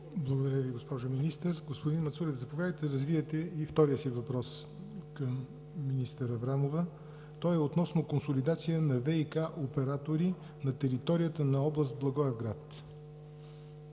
Благодаря Ви, госпожо Министър. Господин Мацурев, заповядайте да развиете и втория си въпрос към министър Аврамова. Той е относно консолидация на ВиК оператори на територията на област Благоевград. Имате